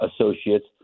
associates